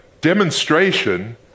Demonstration